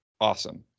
awesome